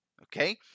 okay